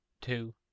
two